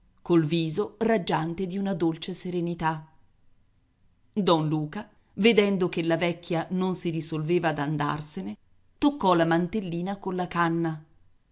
col viso raggiante di una dolce serenità don luca vedendo che la vecchia non si risolveva ad andarsene toccò la mantellina colla canna